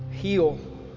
heal